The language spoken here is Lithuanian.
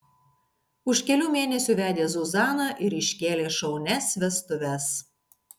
už kelių mėnesių vedė zuzaną ir iškėlė šaunias vestuves